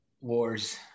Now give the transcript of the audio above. wars